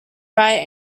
write